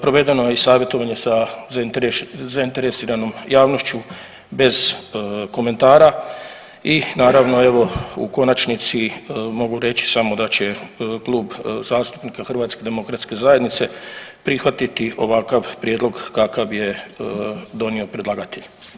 Provedeno je i savjetovanje sa zainteresiranom javnošću bez komentara i naravno evo u konačnici mogu reći samo da će Klub zastupnika HDZ-a prihvatiti ovakav prijedlog kakav je donio predlagatelj.